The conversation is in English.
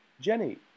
Jenny